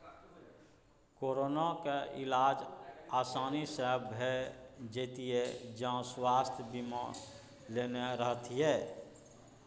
कोरोनाक इलाज आसानी सँ भए जेतियौ जँ स्वास्थय बीमा लेने रहतीह